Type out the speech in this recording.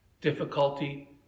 difficulty